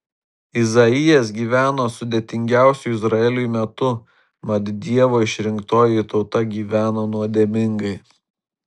izaijas gyveno sudėtingiausiu izraeliui metu mat dievo išrinktoji tauta gyveno nuodėmingai